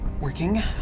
working